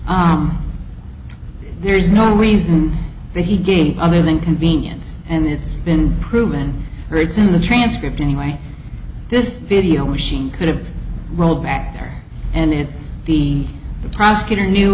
there is no reason that he gave other than convenience and it's been proven rigs in the transcript anyway this video machine could have rolled back there and it's the prosecutor knew